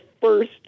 first